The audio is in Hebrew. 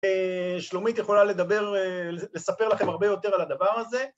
שלומית יכולה לדבר, לספר לכם הרבה יותר על הדבר הזה.